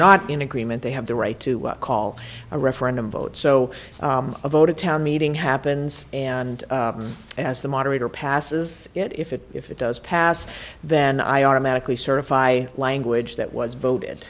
not in agreement they have the right to call a referendum vote so a voter town meeting happens and as the moderator passes it if it if it does pass then i automatically certify a language that was voted